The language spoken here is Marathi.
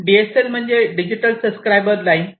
डी एस एल म्हणजे डिजिटल सबस्क्राइबर लाइन